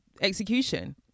execution